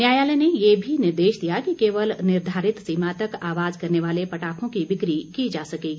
न्यायालय ने यह भी निर्देश दिया कि केवल निर्धारित सीमा तक आवाज करने वाले पटाखों की बिक्री की जा सकेगी